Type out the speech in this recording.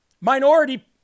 minority